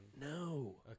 No